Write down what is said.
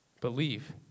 Believe